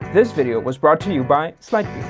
this video was brought to you by like